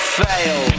fail